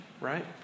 right